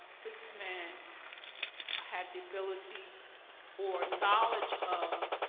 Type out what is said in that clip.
this man ah had the ability or knowledge of